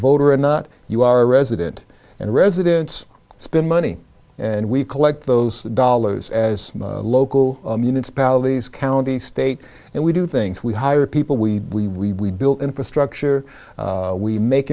voter and not you are a resident and residents spend money and we collect those dollars as local municipalities county state and we do things we hire people we build infrastructure we make